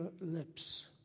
lips